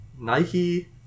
Nike